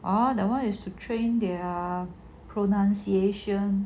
oh that [one] is to train their pronunciation